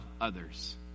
others